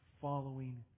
following